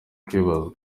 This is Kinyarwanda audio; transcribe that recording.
kwibazwa